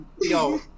Yo